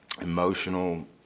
Emotional